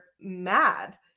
mad